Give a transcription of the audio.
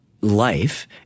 life